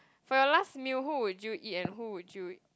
for your last meal who would you eat and who would you